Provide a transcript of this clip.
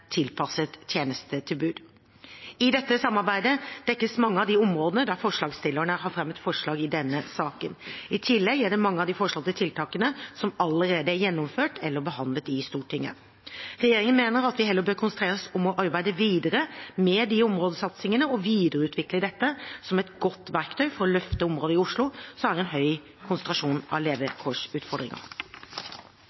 tilpasset tjenestetilbud. I dette samarbeidet dekkes mange av de områdene der forslagsstillerne har fremmet forslag i denne saken. I tillegg er det mange av de foreslåtte tiltakene som allerede er gjennomført eller behandlet i Stortinget. Regjeringen mener at vi heller bør konsentrere oss om å arbeide videre med de områdesatsingene og videreutvikle dette som et godt verktøy for å løfte områder i Oslo som har en høy konsentrasjon av